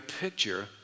picture